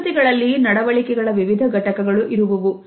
ಸಂಸ್ಕೃತಿಗಳಲ್ಲಿ ನಡವಳಿಕೆಗಳ ವಿವಿಧ ಘಟಕಗಳು ಇರುವುವು